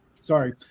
Sorry